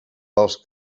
pels